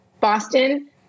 Boston